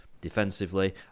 defensively